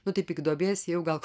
nu taip iki duobės ėjau gal